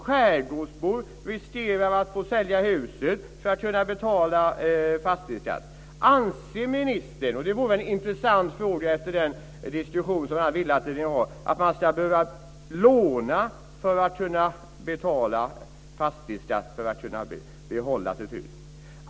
Skärgårdsbor riskerar att få sälja huset för att kunna betala fastighetsskatt. Anser ministern - och det vore en intressant fråga efter den diskussion som finansministern vill att vi ska ha - att man ska behöva låna för att kunna betala fastighetsskatt så att man kan behålla sitt hus?